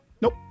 Nope